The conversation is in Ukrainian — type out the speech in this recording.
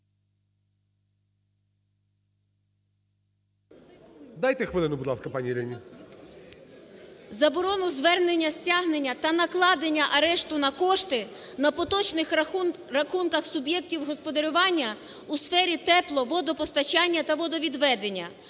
Дайте хвилину, будь ласка, пані Ірині. ЛУЦЕНКО І.С. …заборону звернення, стягнення, та накладення арешту на кошти на поточних рахунках суб'єктів господарювання у сфері тепло, водопостачання та водовідведення.